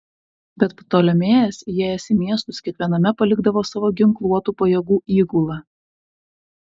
bet ptolemėjas įėjęs į miestus kiekviename palikdavo savo ginkluotų pajėgų įgulą